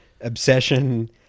obsession